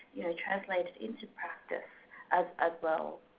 translated into practice as as well.